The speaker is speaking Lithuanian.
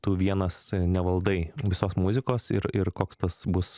tu vienas nevaldai visos muzikos ir ir koks tas bus